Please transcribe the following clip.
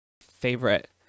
favorite